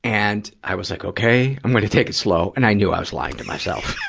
and i was, like, okay. i'm gonna take it slow. and i knew i was lying to myself.